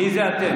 מי זה "אתם"?